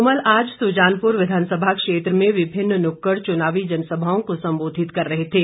धूमल आज सुजानपुर विधानसभा क्षेत्र में विभिन्न नुक्कड़ चुनावी जनसभाओं को संबोधित कर रहे थे